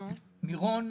מירון,